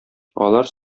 алар